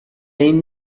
این